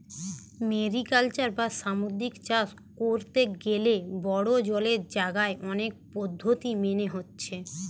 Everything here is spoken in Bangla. মেরিকালচার বা সামুদ্রিক চাষ কোরতে গ্যালে বড়ো জলের জাগায় অনেক পদ্ধোতি মেনে হচ্ছে